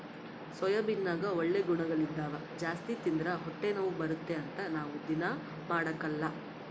ಸೋಯಾಬೀನ್ನಗ ಒಳ್ಳೆ ಗುಣಗಳಿದ್ದವ ಜಾಸ್ತಿ ತಿಂದ್ರ ಹೊಟ್ಟೆನೋವು ಬರುತ್ತೆ ಅಂತ ನಾವು ದೀನಾ ಮಾಡಕಲ್ಲ